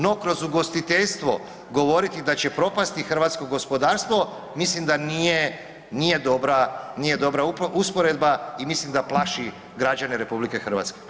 No kroz ugostiteljstvo govoriti da će propasti hrvatsko gospodarstvo, mislim da nije dobra usporedba i mislim da plaći građane RH.